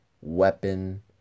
weapon